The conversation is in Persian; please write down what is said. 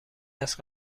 است